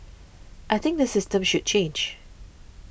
I think the system should change